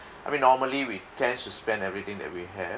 I mean normally we tend to spend everything that we have